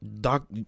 Doc